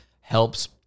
helps